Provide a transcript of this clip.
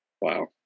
Wow